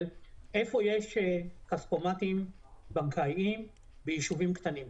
של איפה יש כספומטים בנקאיים ביישובים קטנים,